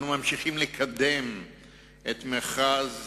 אנחנו ממשיכים לקדם את המכרז הגדול,